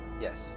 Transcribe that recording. yes